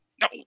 No